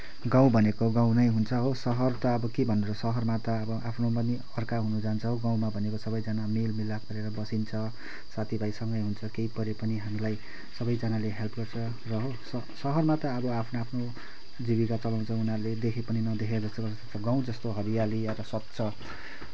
गाउँ भनेको गाउँ नै हुन्छ हो सहर त अब के भन्नु र सहरमा त अब आफ्नो पनि अर्का हुनुजान्छ हो गाउँमा भनेको सबैजना मेलमिलाप गरेर बसिन्छ साथीभाइ सँगै हुन्छौँ केही पऱ्यो पनि हामीलाई सबैजनाले हेल्प गर्छ र हो सहर सहरमा त अब आफ्नो आफ्नो जीविका चलाउँछ उनीहरूले देखे पनि नदेखेको जस्तो गर्छ गाउँ जस्तो हरियाली यहाँ त स्वच्छ